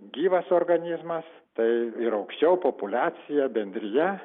gyvas organizmas tai ir aukščiau populiacija bendrija